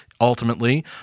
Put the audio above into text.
ultimately